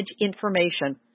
information